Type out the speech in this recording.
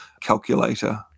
calculator